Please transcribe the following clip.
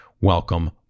welcome